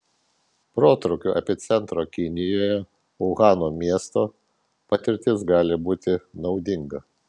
protrūkio epicentro kinijoje uhano miesto patirtis gali būti naudinga